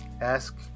ask